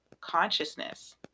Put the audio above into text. consciousness